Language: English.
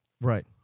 Right